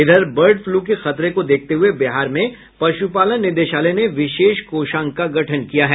इधर bird flu के खतरे को देखते हुए बिहार में पश्पालन निदेशालय ने विशेष कोषांग का गठन किया है